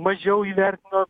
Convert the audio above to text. mažiau įvertino